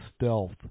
stealth